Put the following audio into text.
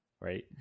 right